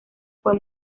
fue